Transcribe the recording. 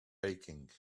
baking